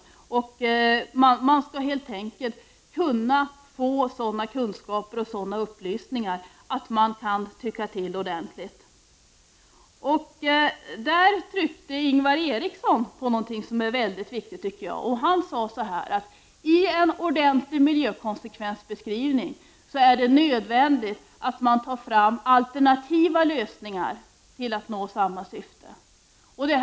22 november 1989 De skall helt enkelt kunna få sådana kunskaper och upplysningar atdekan. ZI —- tycka till ordentligt. I det sammanhanget tryckte Ingvar Eriksson på något som jag tycker är viktigt. Han sade att det i en ordentlig miljökonsekvensbeskrivning är nödvändigt att man tar fram alternativa lösningar för att nå det åsyftade resultatet.